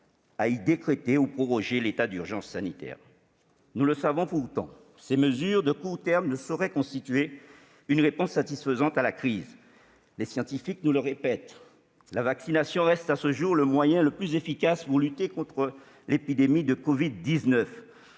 à y décréter, ou proroger, l'état d'urgence sanitaire. Nous le savons pourtant, ces mesures de court terme ne sauraient constituer une réponse satisfaisante à la crise. Les scientifiques nous le répètent, la vaccination reste à ce jour le moyen le plus efficace pour lutter contre l'épidémie de covid-19.